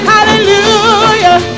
Hallelujah